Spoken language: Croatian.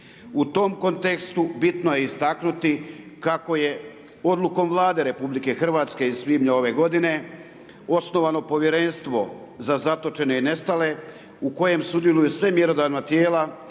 U tom kontekstu bitno je istaknuti kako je odlukom Vlade RH iz svibnja ove godine osnovano povjerenstvo za zatočene i nestale u kojem sudjeluju sva mjerodavna tijela,